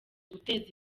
guteza